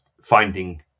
finding